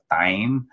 time